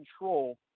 control